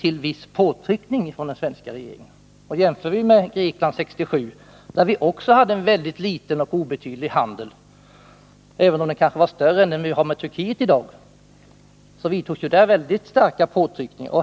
till viss påtryckning från den svenska regeringens sida. Jämför vi med Grekland 1967, med vilket land vi också hade en mycket obetydlig handel även om den kanske var större än den vi har med Turkiet i dag, gjordes där väldigt starka påtryckningar.